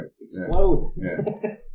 explode